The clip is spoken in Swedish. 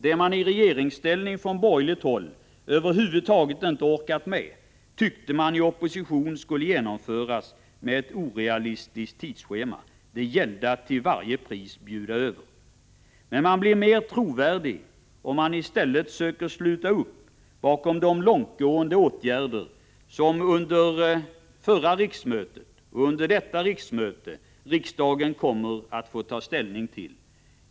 Det man i regeringsställning från borgerligt håll över huvud taget inte orkade med tyckte man i opposition skulle genomföras med orealistiskt tidsschema. Det gällde att till varje pris bjuda över. Nej, man blir mera trovärdig om man i stället söker sluta upp bakom de långtgående åtgärder som riksdagen under förra riksmötet fick och under detta riksmöte kommer att få ta ställning till.